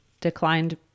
declined